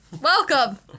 Welcome